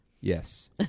Yes